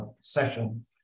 session